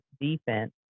defense